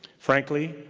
frankly,